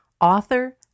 author